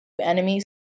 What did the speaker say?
enemies